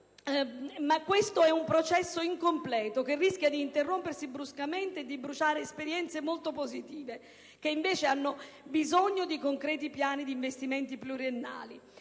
però è un processo incompleto, che rischia di interrompersi bruscamente e di bruciare esperienze molto positive, che invece hanno bisogno di concreti piani di investimenti pluriennali,